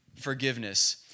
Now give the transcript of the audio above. forgiveness